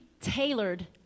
tailored